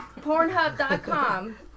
Pornhub.com